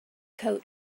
coat